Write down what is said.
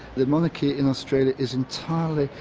the monarchy in australia is entirely,